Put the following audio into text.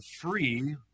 free